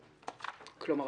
כלומר,